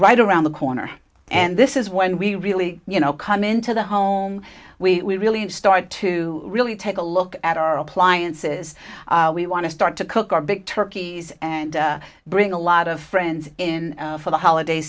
right around the corner and this is when we really you know come into the home we really start to really take a look at our appliances we want to start to cook our big turkeys and bring a lot of friends in for the holiday